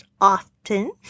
often